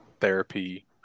therapy